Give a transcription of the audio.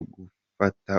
gufata